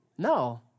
No